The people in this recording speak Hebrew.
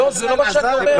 לא, זה לא מה שאני אומר.